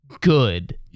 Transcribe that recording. good